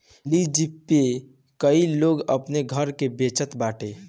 lease पे कई लोग अपनी घर के बचत बाटे